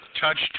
Touched